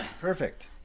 perfect